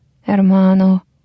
Hermano